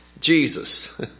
Jesus